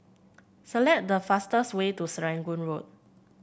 select the fastest way to Serangoon Road